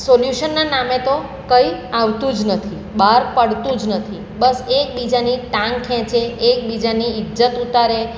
સોલ્યુશનના નામે તો કંઈ આવતું જ નથી બહાર પડતું જ નથી બસ એકબીજાની ટાંગ ખેંચે એકબીજાની ઇજ્જત ઉતારે